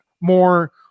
more